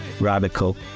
radical